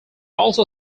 also